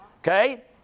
Okay